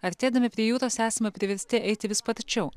artėdami prie jūros esame priversti eiti vis sparčiau